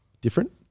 different